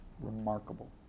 remarkable